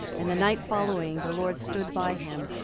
and the night following the lord stood by him,